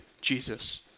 Jesus